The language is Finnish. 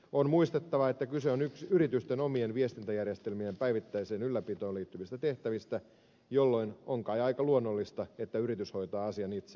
on muistettava että kyse on yritysten omien viestintäjärjestelmien päivittäiseen ylläpitoon liittyvistä tehtävistä jolloin on kai aika luonnollista että yritys hoitaa asian itse